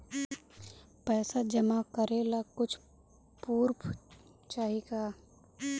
पैसा जमा करे ला कुछु पूर्फ चाहि का?